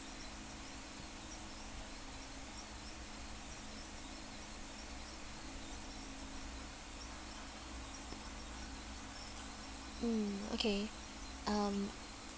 mm okay um